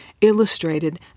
illustrated